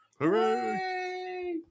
Hooray